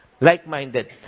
like-minded